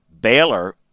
Baylor